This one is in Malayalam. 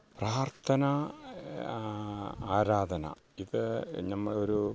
പ്രാർത്ഥന ആരാധന ഇതു നമ്മളൊരൂ